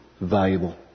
valuable